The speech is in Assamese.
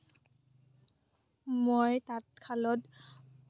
মই তাঁতশালত